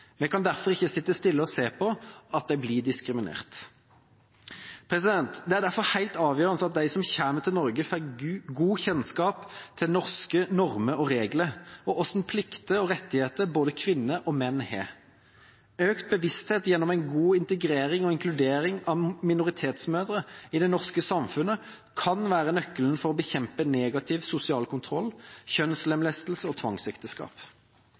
Vi kan derfor ikke sitte stille og se på at de blir diskriminert. Det er derfor helt avgjørende at de som kommer til Norge, får god kjennskap til norske normer og regler og hvilke plikter og rettigheter både kvinner og menn har. Økt bevissthet gjennom en god integrering og inkludering av minoritetsmødre i det norske samfunnet kan være nøkkelen til å bekjempe negativ sosial kontroll, kjønnslemlestelse og tvangsekteskap.